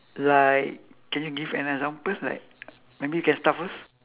like can you give an example like maybe you can start first